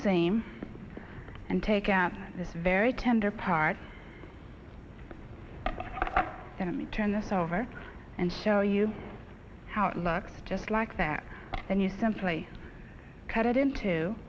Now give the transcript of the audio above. same and take out this very tender part then we turn this over and show you how it looks just like that then you simply cut it into